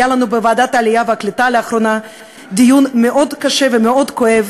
שלאחרונה היה לנו בוועדת העלייה והקליטה דיון מאוד קשה ומאוד כואב,